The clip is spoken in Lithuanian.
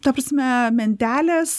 ta prasme mentelės